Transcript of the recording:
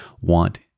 want